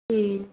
ம்